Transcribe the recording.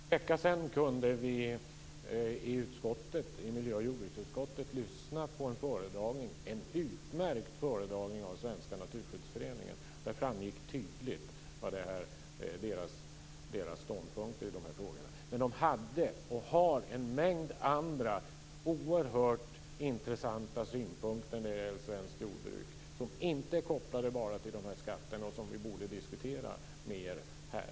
Fru talman! För en vecka sedan kunde vi i miljöoch jordbruksutskottet lyssna på en utmärkt föredragning av Svenska naturskyddsföreningen, och där framgick det tydligt vilka deras ståndpunkter är i de här frågorna. Men de har en mängd andra, oerhört intressanta synpunkter när det gäller svenskt jordbruk som är kopplade inte bara till de här skatterna och som vi borde diskutera mer här.